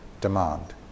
demand